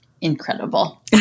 Incredible